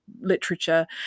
literature